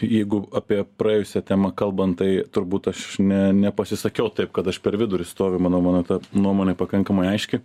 jeigu apie praėjusią temą kalbant tai turbūt aš ne nepasisakiau taip kad aš per vidurį stovi manau mano nuomonė pakankamai aiški